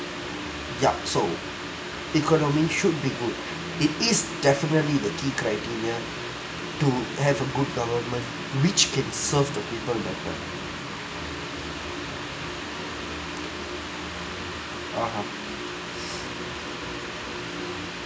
yup so economy should be good it is definitely the key criteria to have a good government which can serve the people better (uh huh)